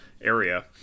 area